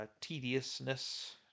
Tediousness